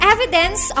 Evidence